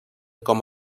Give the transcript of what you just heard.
com